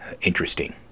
interesting